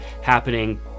happening